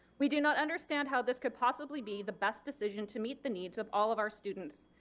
we do not understand how this could possibly be the best decision to meet the needs of all of our students.